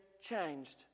Changed